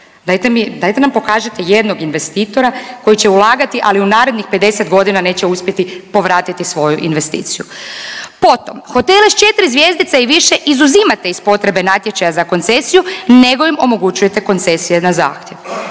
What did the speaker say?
dajte nam pokažite jednog investitora koji će ulagati, ali u narednih 50 godina neće uspjeti povratiti svoju investiciju. Potom, hoteli s 4 zvjezdice i više izuzimate iz potrebe natječaja za koncesiju, nego im omogućujete koncesije na zahtjev.